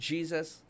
Jesus